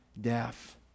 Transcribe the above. death